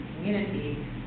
community